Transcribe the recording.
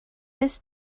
this